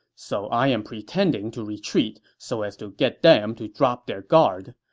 so i'm pretending to retreat so as to get them to drop their guard.